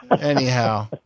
anyhow